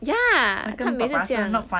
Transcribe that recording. ya 她每次这样